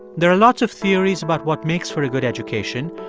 there are lots of theories about what makes for a good education.